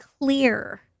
clear